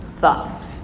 Thoughts